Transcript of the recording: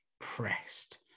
pressed